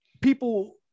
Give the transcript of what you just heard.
people